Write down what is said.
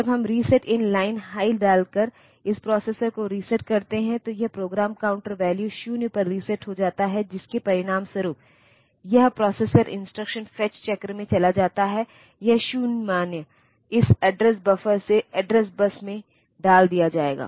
जब हम RESET IN line high डालकर इस प्रोसेसर को रीसेट करते हैं तो यह प्रोग्राम काउंटर वैल्यू 0 पर रीसेट हो जाता है जिसके परिणामस्वरूप यह प्रोसेसर इंस्ट्रक्शन फेच चक्र में चला जाता है यह 0 मान इस एड्रेस बफर से एड्रेस बस में डाल दिया जाएगा